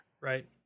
Right